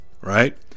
right